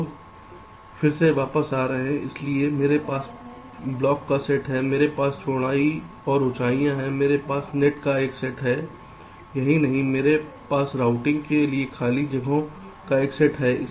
तो फिर से वापस आ रहा है इसलिए मेरे पास ब्लॉक का सेट है मेरे पास चौड़ाई और ऊंचाइयां हैं मेरे पास नेट का एक सेट है यही नहीं मेरे पास राउटिंग के लिए खाली जगहों का एक सेट है